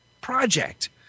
project